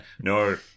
No